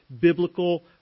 biblical